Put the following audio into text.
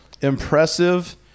impressive